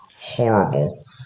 horrible